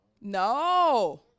No